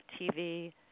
TV